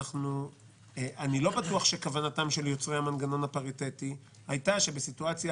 אני לא בטוח שכוונת יוצרי המנגנון הפריטטי הייתה שבסיטואציה